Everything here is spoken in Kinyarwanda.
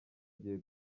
gihe